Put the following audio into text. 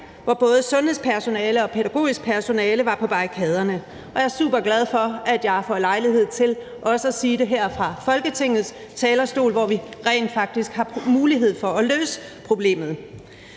hvor både sundhedspersonale og pædagogisk personale var på barrikaderne. Og jeg er super glad for, at jeg får lejlighed til også at sige det her fra Folketingets talerstol, hvor vi rent faktisk har mulighed for at løse problemet.